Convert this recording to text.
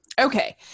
Okay